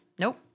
Nope